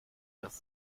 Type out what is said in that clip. das